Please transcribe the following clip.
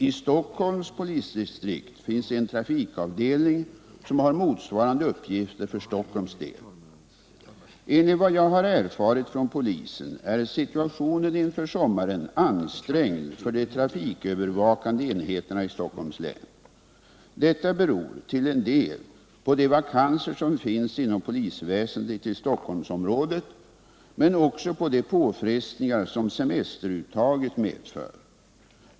I Stockholms polisdistrikt finns en trafikavdelning som har motsvarande uppgifter för Stockholms del. Enligt vad jag har erfarit från polisen är situationen inför sommaren ansträngd för de trafikövervakande enheterna i Stockholms län. Detta beror till en del på de vakanser som finns inom polisväsendet i Stockholmsområdet men också på de påfrestningar som semesteruttaget medför.